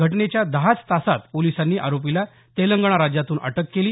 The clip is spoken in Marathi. घटनेच्या दहाच तासात पोलीसांनी आरोपीला तेलंगणा राज्यातून अटक केली